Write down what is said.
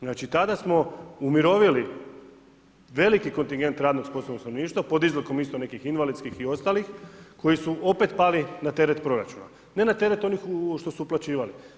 Znači tada smo umirovili veliki kontingent radno sposobnog stanovništva pod izlikom isto nekih invalidskih i ostalih koji su opet pali na teret proračuna ne teret onih što su uplaćivali.